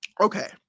Okay